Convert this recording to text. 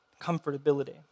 comfortability